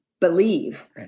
believe